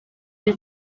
they